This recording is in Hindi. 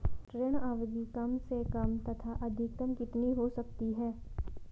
ऋण अवधि कम से कम तथा अधिकतम कितनी हो सकती है?